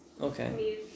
Okay